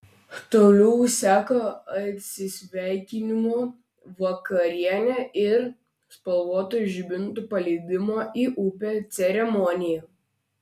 toliau seka atsisveikinimo vakarienė ir spalvotų žibintų paleidimo į upę ceremonija